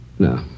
No